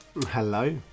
Hello